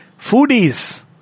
foodies